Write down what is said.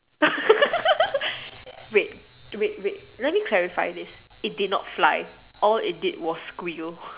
wait wait wait let me clarify this it did not fly all it did was squiggle